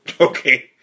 Okay